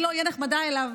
אני לא אהיה נחמדה אליו,